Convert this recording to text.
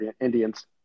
Indians